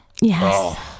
Yes